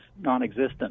non-existent